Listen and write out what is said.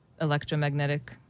electromagnetic